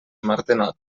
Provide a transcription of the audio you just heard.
martenot